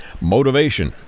motivation